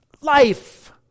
life